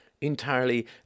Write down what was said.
entirely